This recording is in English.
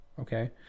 okay